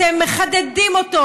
אתם מחדדים אותו,